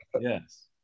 Yes